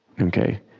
Okay